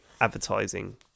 advertising